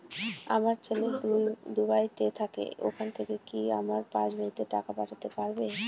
আমার ছেলে দুবাইতে থাকে ওখান থেকে কি আমার পাসবইতে টাকা পাঠাতে পারবে?